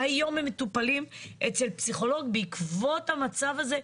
שהיום הם מטופלים אצל פסיכולוג בעקבות המצב הזה,